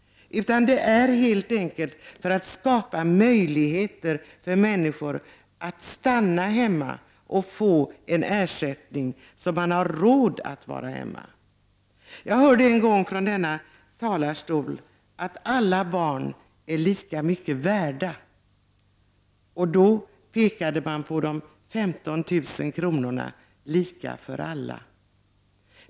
Meningen är helt enkelt att skapa möjligheter för människor att stanna hemma. De får en ersättning så att de har råd att vara hemma. Jag hörde en gång från denna talarstol att alla barn är lika mycket värda. Då pekade man på de 15 000 kronorna, lika för alla.